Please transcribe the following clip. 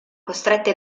costrette